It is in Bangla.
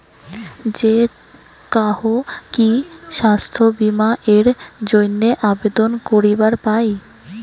যে কাহো কি স্বাস্থ্য বীমা এর জইন্যে আবেদন করিবার পায়?